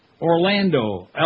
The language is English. Orlando